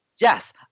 yes